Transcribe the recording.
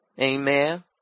Amen